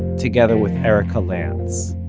together with erika lantz.